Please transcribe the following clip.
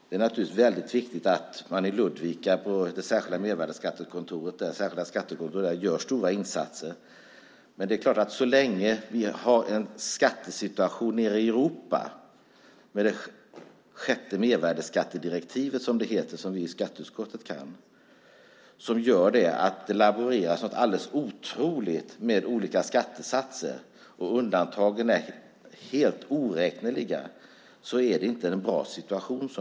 Det är naturligtvis viktigt att man på Särskilda skattekontoret i Ludvika gör stora insatser. Men så länge vi har en skattesituation i Europa med det sjätte mervärdesskattedirektivet - som vi i skatteutskottet kan - och det laboreras något alldeles otroligt med olika skattesatser och helt oräkneliga undantag, har vi ingen bra situation.